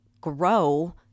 grow